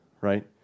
right